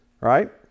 Right